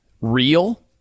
real